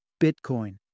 Bitcoin